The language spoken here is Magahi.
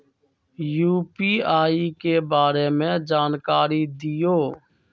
यू.पी.आई के बारे में जानकारी दियौ?